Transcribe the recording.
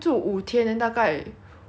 是不是五十块 oh 一天五十块